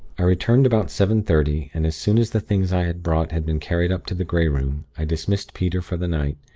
i returned about seven thirty, and as soon as the things i had brought had been carried up to the grey room, i dismissed peter for the night,